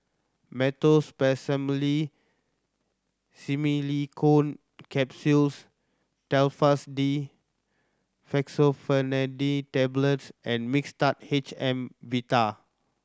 Meteospasmyl Simeticone Capsules Telfast D Fexofenadine Tablets and Mixtard H M